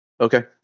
Okay